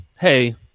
hey